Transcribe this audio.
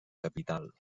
capital